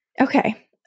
Okay